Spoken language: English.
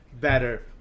better